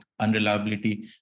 unreliability